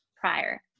prior